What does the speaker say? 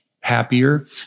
happier